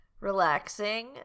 relaxing